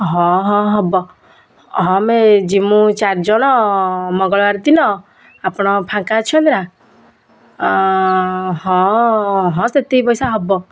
ହଁ ହଁ ହେବ ହଁ ଆମେ ଯିମୁ ଚାରି ଜଣ ମଙ୍ଗଳବାର ଦିନ ଆପଣ ଫାଙ୍କା ଅଛନ୍ତି ନା ହଁ ହଁ ସେତିକି ପଇସା ହେବ